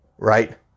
right